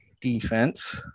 defense